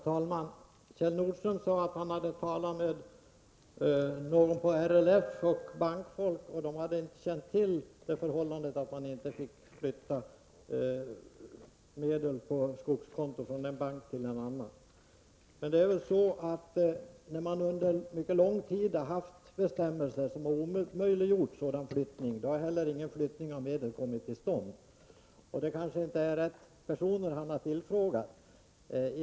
Herr talman! Kjell Nordström sade att han hade talat med någon på LRF och med bankfolk, och de hade inte känt till det förhållandet att man inte fick flytta medel på skogskonto från en bank till en annan. Men det är väl så att när man under mycket lång tid haft bestämmelser som omöjliggjort sådan flyttning har heller ingen flyttning kommit till stånd. Och det är kanske inte heller rätt personer han har tillfrågat.